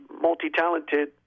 multi-talented